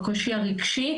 בקושי הרגשי,